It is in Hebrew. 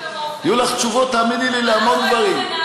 יהיו לך תשובות, תאמיני לי, להמון דברים.